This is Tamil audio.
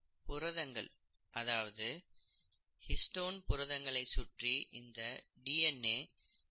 புரதங்கள் அதாவது ஹிஸ்டோன் புரதங்களை சுற்றி இந்த டிஎன்ஏ சுருண்டு சுருண்டு இருக்கும்